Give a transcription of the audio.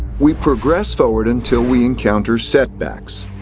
we progress forward until we encounter setbacks.